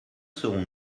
serons